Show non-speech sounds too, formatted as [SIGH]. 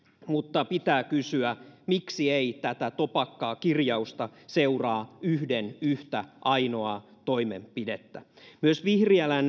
mutta pitää kysyä miksi ei tätä topakkaa kirjausta seuraa yhden yhtä ainoaa toimenpidettä myös vihriälän [UNINTELLIGIBLE]